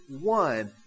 one